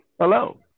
Hello